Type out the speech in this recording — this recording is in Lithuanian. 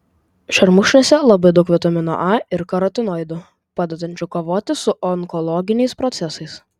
šermukšniuose labai daug vitamino a ir karotinoidų padedančių kovoti su onkologiniais procesais